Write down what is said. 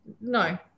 no